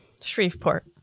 Shreveport